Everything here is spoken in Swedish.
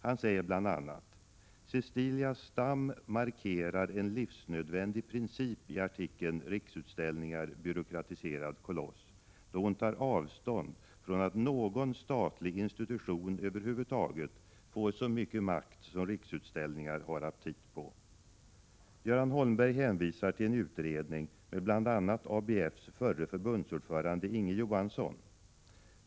Han säger bl.a.: ”Cecilia Stam markerar en livsnödvändig princip i artikeln ”Riksutställningar — byråkratiserad koloss?” då hon tar avstånd från ”att någon statlig institution överhuvudtaget får så mycket makt som Riksutställningar har aptit på”.” Göran Holmberg hänvisar till en utredning med bl.a. ABF:s förre förbundsordförande Inge Johansson.